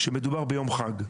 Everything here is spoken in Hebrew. שמדובר ביום חג.